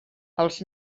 els